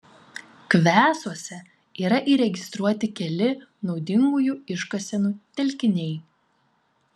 kvesuose yra įregistruoti keli naudingųjų iškasenų telkiniai